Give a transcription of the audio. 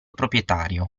proprietario